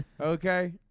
Okay